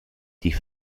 die